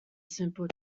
simple